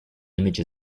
image